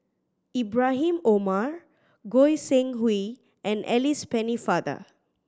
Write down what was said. Ibrahim Omar Goi Seng Hui and Alice Pennefather